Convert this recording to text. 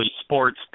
sports